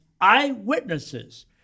eyewitnesses